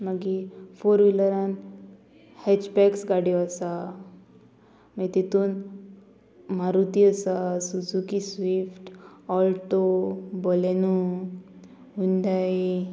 मागी फोर व्हिलरान हेच पॅक्स गाडयो आसा मागीर तितून मारुती आसा Suzuki Swift Alto Baleno Hyundai